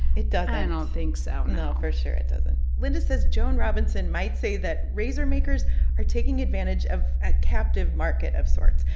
it doesn't i don't think so, no no. for sure, it doesn't. linda says joan robinson might say that razor makers are taking advantage of a captive market of sorts,